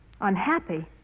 Unhappy